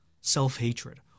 self-hatred